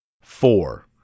Four